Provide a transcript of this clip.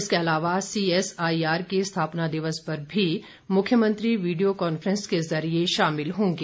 इसके अलावा सीएसआईआर के स्थापना दिवस पर भी मुख्यमंत्री वीडियो कांफैस के ज़रिए शामिल होंगे